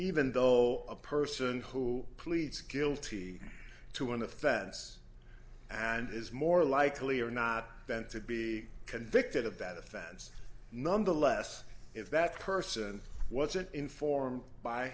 even though a person who pleads guilty to an offense and is more likely or not then to be convicted of that offense nonetheless if that person wasn't informed by